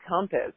compass